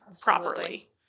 properly